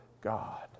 God